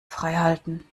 freihalten